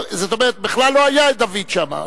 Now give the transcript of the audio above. כלומר בכלל לא היה דוד שם,